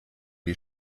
die